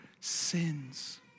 sins